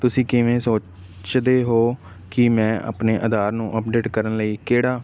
ਤੁਸੀਂ ਕਿਵੇਂ ਸੋਚਦੇ ਹੋ ਕਿ ਮੈਂ ਆਪਣੇ ਆਧਾਰ ਨੂੰ ਅਪਡੇਟ ਕਰਨ ਲਈ ਕਿਹੜਾ